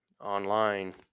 online